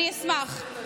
אני אשמח.